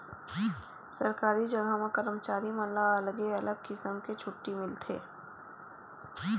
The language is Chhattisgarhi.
सरकारी जघा म करमचारी मन ला अलगे अलगे किसम के छुट्टी मिलथे